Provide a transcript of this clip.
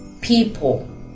people